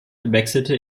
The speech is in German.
wechselte